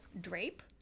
drape